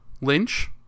Lynch